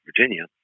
Virginia